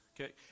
Okay